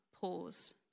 pause